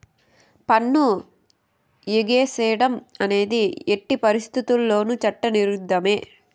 పన్ను ఎగేసేడం అనేది ఎట్టి పరిత్తితుల్లోనూ చట్ట ఇరుద్ధమే